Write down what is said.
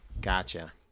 Gotcha